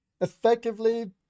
Effectively